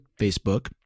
Facebook